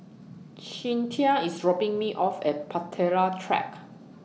Cinthia IS dropping Me off At Bahtera Track